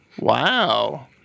Wow